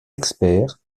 experts